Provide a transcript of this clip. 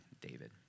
David